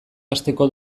hasteko